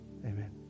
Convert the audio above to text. Amen